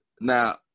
Now